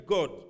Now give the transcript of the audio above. God